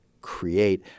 create